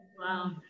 Wow